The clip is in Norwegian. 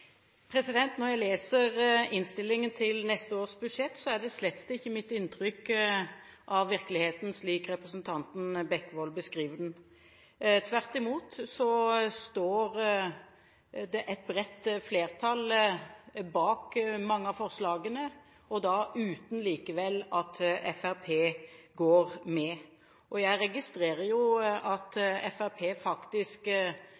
rød-grønne? Når jeg leser innstillingen til neste års budsjett, er mitt inntrykk av virkeligheten slett ikke slik representanten Bekkevold beskriver den. Tvert imot står det et bredt flertall bak mange av forslagene. Det uten at Fremskrittspartiet går med. Jeg registrerer